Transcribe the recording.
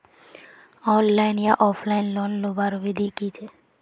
Online या offline loan लुबार विधि की छे?